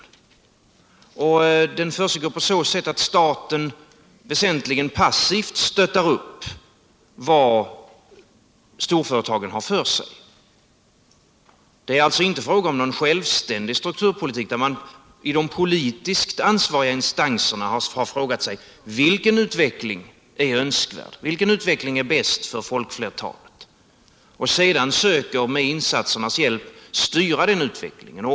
Och den försiggår på så sätt att staten väsentligen passivt stöttar upp det storföretagen har för sig. Det är allstå inte fråga om någon självständig strukturpolitik där man i de politiskt ansvariga instanserna har frågat sig vilken utveckling som är önskvärd eller vilken utveckling som är bäst för folkflertalet, och sedan söker med insatsernas hjälp styra den utvecklingen.